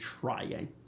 trying